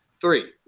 Three